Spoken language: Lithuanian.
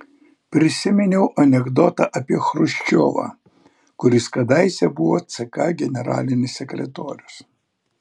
prisiminiau anekdotą apie chruščiovą kuris kadaise buvo ck generalinis sekretorius